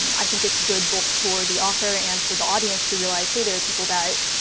i think it's good, both for the author and for the audience, to realize, hey, there are people that